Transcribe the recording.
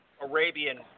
Arabian